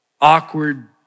awkward